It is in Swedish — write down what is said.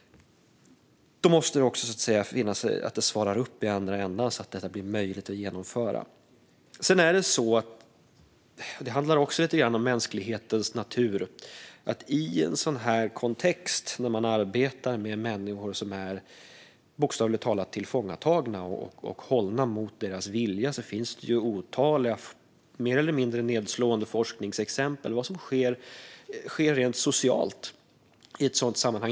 Då måste vi svara upp i andra änden så att det blir möjligt att genomföra. Det handlar också om saker som ligger lite i mänsklighetens natur när man arbetar i en sådan kontext, med människor som är bokstavligt talat tillfångatagna och hållna mot sin vilja. Det finns otaliga mer eller mindre nedslående forskningsexempel på vad som sker rent socialt i ett sådant sammanhang.